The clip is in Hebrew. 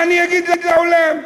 מה אני אגיד לעולם?